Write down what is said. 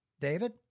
David